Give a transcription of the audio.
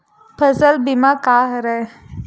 फसल बीमा का हरय?